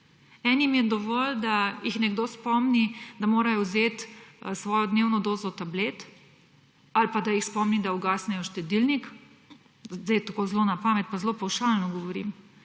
Enim je dovolj, da jih nekdo spomni, da morajo vzeti svojo dnevno dozo tablet; ali pa da jih spomni, da ugasnejo štedilnik – zdaj zelo na pamet pa zelo pavšalno govorim